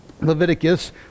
Leviticus